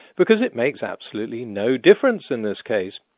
because it makes absolutely no difference in this case.